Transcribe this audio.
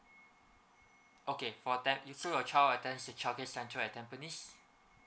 okay for tam~ so you child attends the childcare centre at tampines